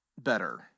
better